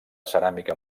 ceràmica